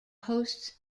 hosts